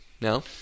No